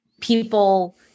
People